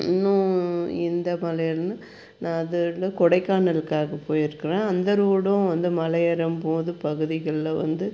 இன்னும் எந்த மலையின்னு நான் அதில் கொடைக்கானலுக்காக போயிருக்கிறேன் அந்த ரோடும் வந்து மலை ஏறும்போது பகுதிகள்ல வந்து